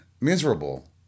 miserable